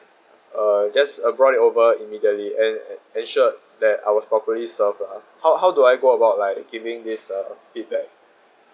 uh just uh brought it over immediately and ensured that I was properly serve uh how how do I go about like giving these uh feedback